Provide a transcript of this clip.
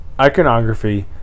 iconography